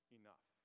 enough